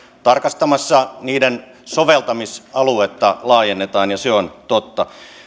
tarkastamassa niiden soveltamisaluetta laajennetaan ja se on totta